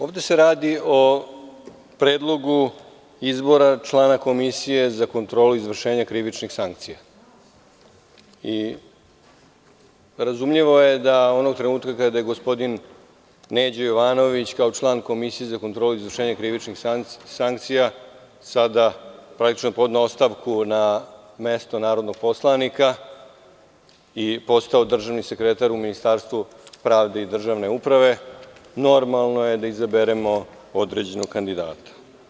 Ovde se radi o predlogu izbora člana komisije za kontrolu izvršenja krivičnih sankcija i razumljivo je da onog trenutka kada je gospodin Neđo Jovanović kao član komisije za kontrolu izvršenja krivičnih sankcija sada praktično podneo ostavku na mesto narodnog poslanika i postao državni sekretar u Ministarstvu pravde i državne uprave, normalno je da izaberemo određenog kandidata.